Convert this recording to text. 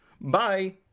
bye